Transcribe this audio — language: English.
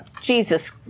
Jesus